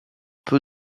peu